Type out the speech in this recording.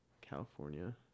California